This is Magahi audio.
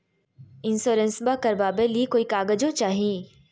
इंसोरेंसबा करबा बे ली कोई कागजों चाही?